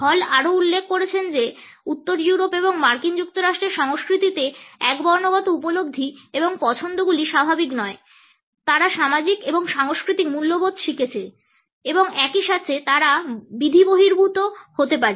হল আরও উল্লেখ করেছেন যে উত্তর ইউরোপ এবং মার্কিন যুক্তরাষ্ট্রের সংস্কৃতিতে একবর্ণগত উপলব্ধি এবং পছন্দগুলি স্বাভাবিক নয় তারা সামাজিক এবং সাংস্কৃতিক মূল্যবোধ শিখেছে এবং একই সাথে তারা বিধিবহির্ভূত হতে পারে